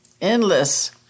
endless